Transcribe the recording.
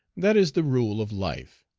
that is the rule of life.